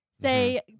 say